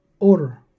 Order